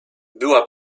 była